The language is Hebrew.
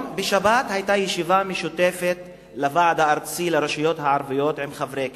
בשבת היתה ישיבה משותפת לוועד הארצי לרשויות הערביות עם חברי כנסת,